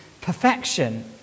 perfection